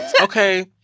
okay